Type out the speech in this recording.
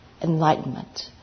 enlightenment